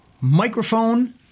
microphone